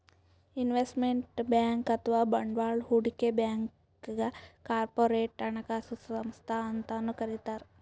investment bank ಅಥವಾ ಬಂಡವಾಳ್ ಹೂಡಿಕೆ ಬ್ಯಾಂಕ್ಗ್ ಕಾರ್ಪೊರೇಟ್ ಹಣಕಾಸು ಸಂಸ್ಥಾ ಅಂತನೂ ಕರಿತಾರ್